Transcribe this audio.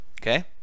Okay